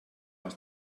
aus